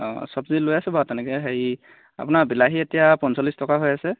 অঁ চবজি লৈ আছো বাৰু তেনেকৈ হেৰি আপোনাৰ বিলাহী এতিয়া পঞ্চল্লিছ টকা হৈ আছে